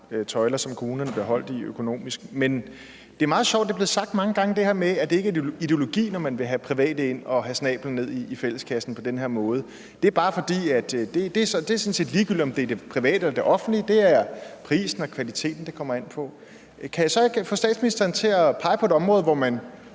jo de stramme tøjler, som kommunerne økonomisk er blevet holdt i. Men det er meget sjovt, at det her med, at det ikke er ideologi, når man vil have private ind, som på den måde skal have snablen ned i fælleskassen, bliver sagt mange gange, for det er sådan set ligegyldigt, om det er private eller det offentlige, for det er prisen og kvaliteten, det kommer an på. Men kan jeg så ikke få statsministeren til at pege på et område, hvor man